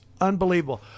Unbelievable